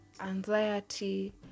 anxiety